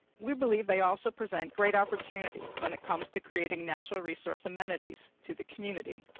we believe they also present great opportunities when it comes to creating natural resource amenities to the community.